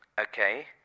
Okay